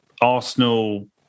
Arsenal